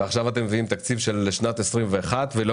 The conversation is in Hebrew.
ועכשיו אתם מביאים תקציב לשנת 2021 ולא